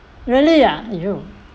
really ah !aiyo!